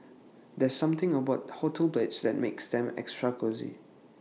there's something about hotel beds that makes them extra cosy